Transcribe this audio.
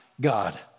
God